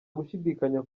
gushidikanya